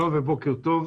שלום ובוקר טוב.